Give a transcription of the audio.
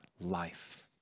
life